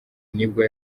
nibwo